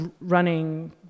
running